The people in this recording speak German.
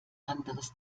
anderes